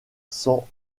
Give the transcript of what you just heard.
sans